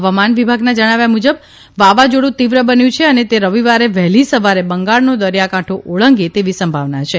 હવામાન વિભાગના જણાવ્યા મુજબ વાવાઝોડું તીવ્ર બન્યુ છે અને તે રવિવારે વહેલી સવારે બંગાળનો દરિથાકાંઠો ઓળંગે તેવી સંભાવના છે